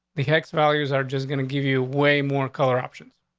the hex values are just going to give you way more color options.